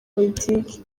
politiki